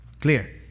Clear